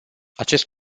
acest